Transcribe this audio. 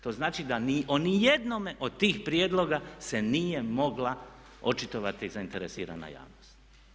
To znači ni o jednome od tih prijedloga se nije mogla očitovati zainteresirana javnost.